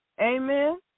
Amen